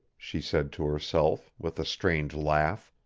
she said to herself, with a strange laugh.